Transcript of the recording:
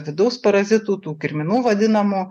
vidaus parazitų tų kirminų vadinamų